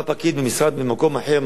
בא פקיד ממשרד במקום אחר,